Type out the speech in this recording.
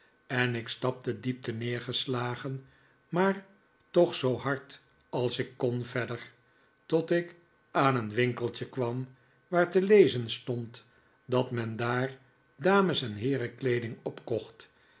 en ik stapte diep terneergeslagen maar toch zoo hard als ik kon verder tot ik aan een winkeltje kwam waar te lezen stond dat men daar dames en heerenkleeding opkocht